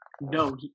no